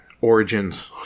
origins